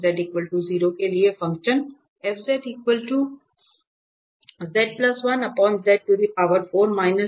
z 0 के लिए function